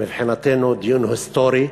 מבחינתנו, דיון היסטורי,